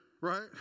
right